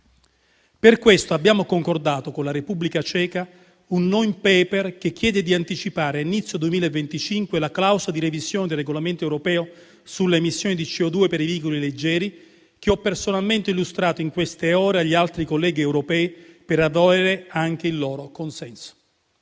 Per questo, abbiamo concordato con la Repubblica Ceca un *non paper* che chiede di anticipare a inizio 2025 la clausola di revisione del regolamento europeo sulle emissioni di CO2 per i veicoli leggeri, che ho personalmente illustrato in queste ore agli altri colleghi europei per avere anche il loro consenso.